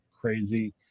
crazy